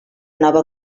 nova